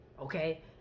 Okay